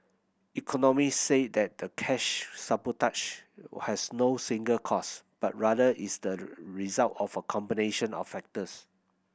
economists say that the cash has no single cause but rather is the result of a combination of factors